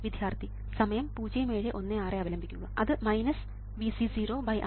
വിദ്യാർഥി അത് Vc0RC exp tRC ആണ്